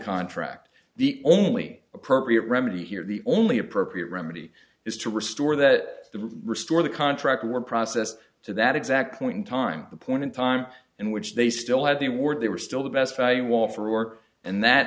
contract the only appropriate remedy here the only appropriate remedy is to restore that restore the contract were processed to that exact point in time the point in time in which they still had their word they were still the best value wall floor and that